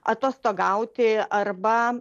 atostogauti arba